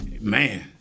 man